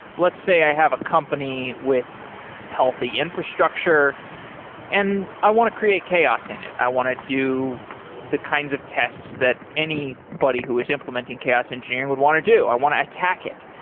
let's say i have a company with healthy infrastructure and i want to create chaos in it. i want to do the kinds of tests that anybody but who is implementing chaos engineering would want to do. i want to attack it.